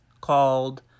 called